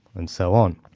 and so on.